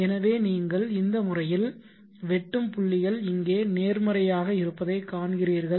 எனவே நீங்கள் இந்த முறையில் வெட்டும் புள்ளிகள் இங்கே நேர்மறையாக இருப்பதை காண்கிறீர்கள்